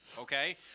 Okay